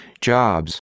Jobs